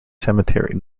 cemetery